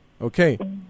Okay